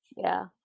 yeah,